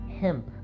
hemp